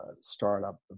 startup